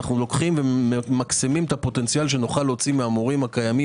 אנחנו לוקחים וממקסמים את הפוטנציאל שנוכל להוציא מהמורים הקיימים